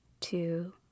two